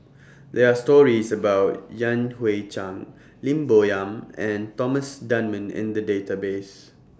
There Are stories about Yan Hui Chang Lim Bo Yam and Thomas Dunman in The Database